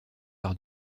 par